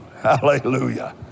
hallelujah